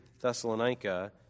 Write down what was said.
Thessalonica